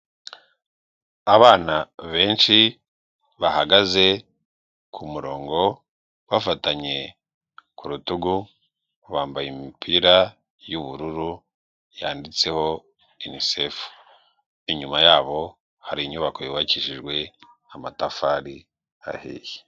Abana benshi bahagaze ku murongo bafatanye ku rutugu bambaye imipira y'ubururu yanditseho yunisefu, inyuma yabo hari inyubako yubakishijwe amatafari ahiye.